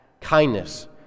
kindness